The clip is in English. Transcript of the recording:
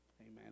Amen